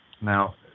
Now